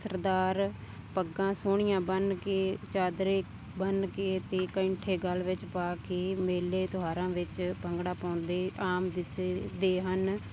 ਸਰਦਾਰ ਪੱਗਾਂ ਸੋਹਣੀਆਂ ਬੰਨ ਕੇ ਚਾਦਰੇ ਬੰਨ ਕੇ ਅਤੇ ਕੈਂਠੇ ਗਲ ਵਿੱਚ ਪਾ ਕੇ ਮੇਲੇ ਤਿਉਹਾਰਾਂ ਵਿੱਚ ਭੰਗੜਾ ਪਾਉਂਦੇ ਆਮ ਦਿਸ ਦੇ ਹਨ